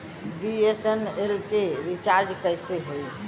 BSNL के recharge कैसे होयी?